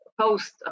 post